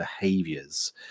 behaviors